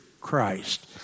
Christ